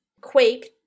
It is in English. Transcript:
Quake